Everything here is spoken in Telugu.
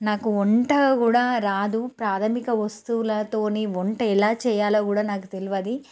నాకు వంట కూడా రాదు ప్రాథమిక వస్తువులతోనే వంట ఎలా చేయాలో కూడా నాకు తెలియదు